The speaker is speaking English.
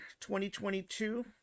2022